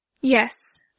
Yes